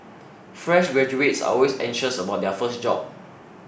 fresh graduates are always anxious about their first job